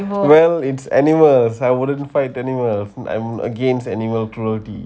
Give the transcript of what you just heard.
well it's animal I wouldn't fight animal I'm against aniaml cruelty